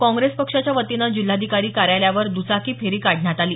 काँग्रेस पक्षाच्यावतीनं जिल्हाधिकारी कार्यालयावर दुचाकी फेरी काढण्यात आली